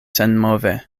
senmove